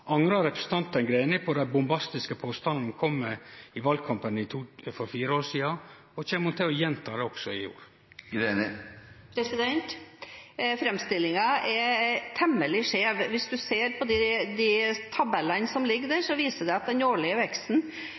Angrar representanten Greni på den bombastiske påstanden ho kom med i valkampen for fire år sidan? Og kjem ho til å gjenta det også i år? Framstillingen er temmelig skjev. Hvis en ser på de tabellene som ligger der, viser de at den årlige veksten